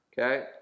Okay